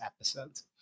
episodes